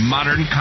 Modern